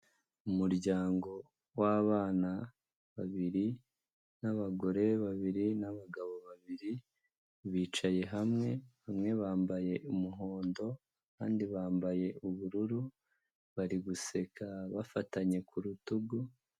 Umuryango w'abana babiri, n'abagore babiri, n'abagabo babiri, bicaye hamwe, bamwe bambaye umuhondo, abandi bambaye ubururu, bari guseka bafatanye ku rutugu.